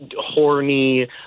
horny